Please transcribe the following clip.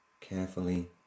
carefully